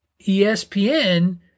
ESPN